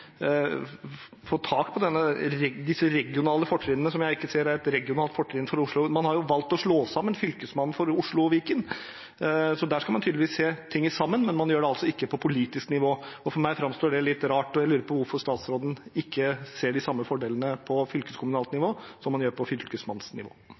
få tak på disse regionale fortrinnene, som jeg ikke ser er et regionalt fortrinn for Oslo? Man har jo valgt å slå sammen Fylkesmannen for Oslo og Viken, så der skal man tydeligvis se ting sammen, men man gjør det ikke på politisk nivå, og for meg framstår det som litt rart. Jeg lurer på hvorfor statsråden ikke ser de samme fordelene på fylkeskommunalt